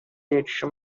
یکیشون